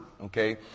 Okay